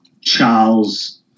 Charles